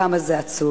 כמה זה עצוב,